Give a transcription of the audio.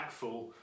impactful